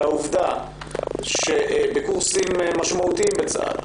העובדה שבקורסים משמעותיים בצה"ל,